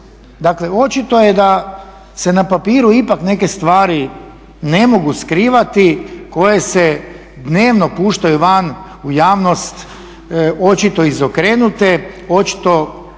Dakle očito je da se na papiru ipak neke stvari ne mogu skrivati koje se dnevno puštaju van u javnost očito izokrenute, očito